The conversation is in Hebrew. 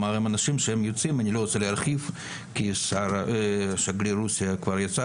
אני לא רוצה להרחיב על המשטר ברוסיה כי שגריר רוסיה כבר יצא